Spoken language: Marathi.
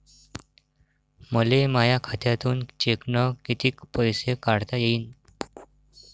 मले माया खात्यातून चेकनं कितीक पैसे काढता येईन?